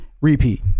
repeat